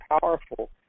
powerful